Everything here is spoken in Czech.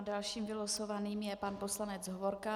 Dalším vylosovaným je pan poslanec Hovorka.